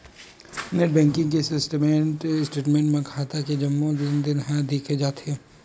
net banking के statement म खाता के जम्मो लेनदेन ह दिख जाथे